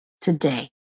today